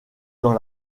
dans